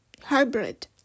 hybrid